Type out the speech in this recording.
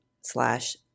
slash